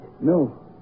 No